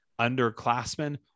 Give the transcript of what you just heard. underclassmen